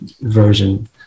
version